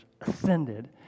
ascended